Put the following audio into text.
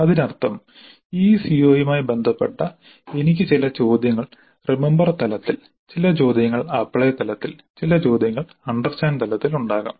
അതിനർത്ഥം ആ സിഒയുമായി ബന്ധപ്പെട്ട എനിക്ക് ചില ചോദ്യങ്ങൾ റിമമ്പർ തലത്തിൽ ചില ചോദ്യങ്ങൾ അപ്ലൈ തലത്തിൽ ചില ചോദ്യങ്ങൾ അണ്ടർസ്റ്റാൻഡ് തലത്തിൽ ഉണ്ടാകാം